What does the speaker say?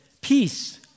Peace